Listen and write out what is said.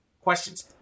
questions